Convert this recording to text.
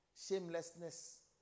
shamelessness